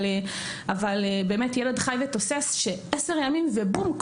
אבל באמת ילד חי ותוסס שעשרה ימים ובום,